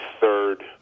third